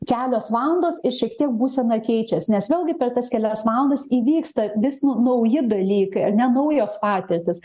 kelios valandos ir šiek tiek būsena keičias nes vėlgi per tas kelias valandas įvyksta vis nu nauji dalykai ar ne naujos patirtys